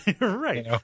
Right